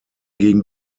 gegen